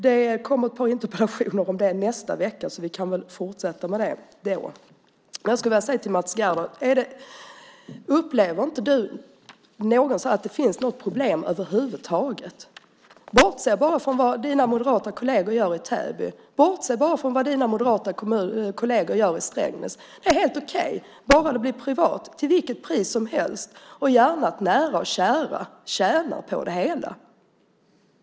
Det kommer interpellationer om det nästa vecka, så vi kan fortsätta med den frågan då. Jag skulle vilja säga till Mats Gerdau: Upplever inte du någonsin att det finns något problem över huvud taget? Bortser du bara från vad dina moderata kolleger gör i Täby? Bortser du bara från vad dina moderata kolleger gör i Strängnäs? Är det helt okej bara det är privat, till vilket pris som helst och gärna så att nära och kära tjänar på det hela?